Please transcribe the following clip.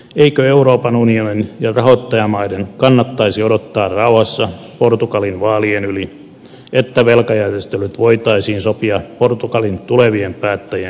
eikö euroopan unionin ja rahoittajamaiden kannattaisi odottaa rauhassa portugalin vaalien yli että velkajärjestelyt voitaisiin sopia portugalin tulevien päättäjien kanssa